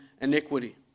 iniquity